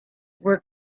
were